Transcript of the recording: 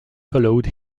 followed